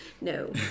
No